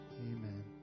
Amen